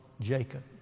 Jacob